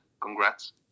Congrats